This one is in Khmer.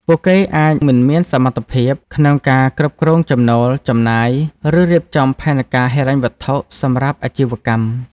ពួកគេអាចមិនមានសមត្ថភាពក្នុងការគ្រប់គ្រងចំណូល ចំណាយ ឬរៀបចំផែនការហិរញ្ញវត្ថុសម្រាប់អាជីវកម្ម។